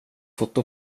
foto